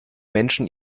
menschen